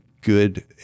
good